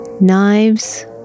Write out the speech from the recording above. Knives